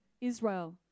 Israel